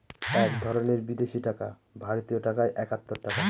এক ধরনের বিদেশি টাকা ভারতীয় টাকায় একাত্তর টাকা